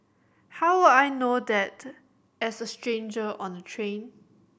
how would I know that as a stranger on the train